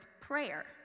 prayer